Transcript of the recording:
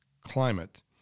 climate